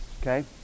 okay